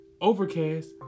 Overcast